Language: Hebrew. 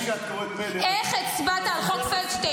למי שאת קוראת מלך --- איך הצבעת על חוק פלדשטיין?